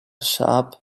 sharp